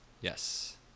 yes